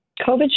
COVID